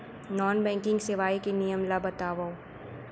Non banking सेवाएं के नियम ला बतावव?